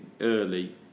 early